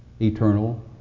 Eternal